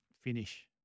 finish